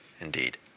indeed